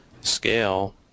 scale